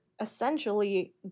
essentially